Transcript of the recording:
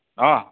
অঁ